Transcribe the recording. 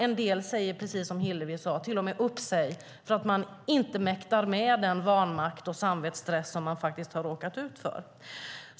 En del säger till och med upp sig, som Hillevi Larsson nämnde, för att de inte mäktar med den vanmakt och den samvetsstress som de råkat ut för.